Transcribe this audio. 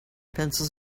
pencils